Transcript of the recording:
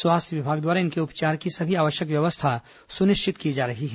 स्वास्थ्य विभाग द्वारा इनके उपचार की सभी आवश्यक व्यवस्था सुनिश्चित की जा रही है